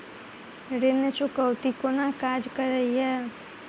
ऋण चुकौती कोना काज करे ये?